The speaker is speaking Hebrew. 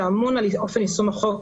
שאמון על אופן יישום החוק,